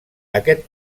aquest